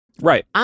Right